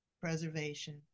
preservation